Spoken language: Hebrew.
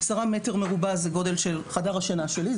עשרה מטרים מרובעים זה גודל של חדר השינה שלי,